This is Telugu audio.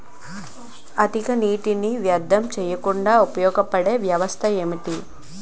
అధిక నీటినీ వ్యర్థం చేయకుండా ఉపయోగ పడే వ్యవస్థ ఏంటి